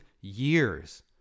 years